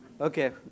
Okay